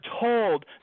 told